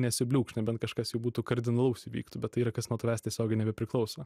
nesubliūkš nebent kažkas jau būtų kardinalaus įvyktų bet tai yra kas nuo tavęs tiesiogiai nebepriklauso